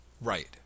Right